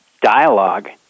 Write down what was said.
dialogue